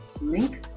link